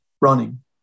running